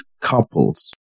couples